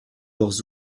leurs